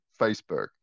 Facebook